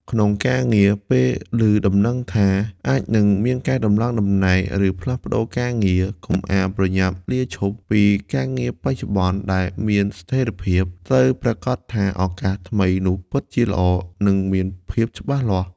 ក្នុងការងារ ពេលឮដំណឹងថាអាចនឹងមានការដំឡើងតំណែង ឬផ្លាស់ប្តូរការងារ កុំអាលប្រញាប់លាឈប់ពីការងារបច្ចុប្បន្នដែលមានស្ថិរភាព ត្រូវប្រាកដថាឱកាសថ្មីនោះពិតជាល្អ និងមានភាពច្បាស់លាស់។